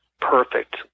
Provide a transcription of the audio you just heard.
perfect